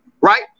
right